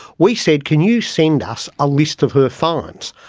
we said can you send us a list of her fines?